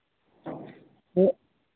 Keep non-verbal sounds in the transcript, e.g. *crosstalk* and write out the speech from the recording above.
*unintelligible*